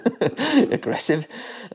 Aggressive